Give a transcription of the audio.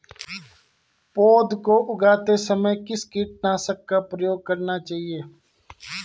पौध को उगाते समय किस कीटनाशक का प्रयोग करना चाहिये?